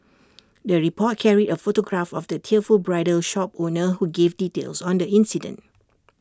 the report carried A photograph of the tearful bridal shop owner who gave details on the incident